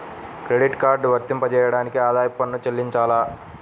Credit card వర్తింపజేయడానికి ఆదాయపు పన్ను చెల్లించాలా?